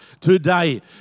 today